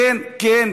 כן,